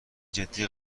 جدی